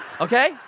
Okay